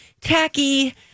tacky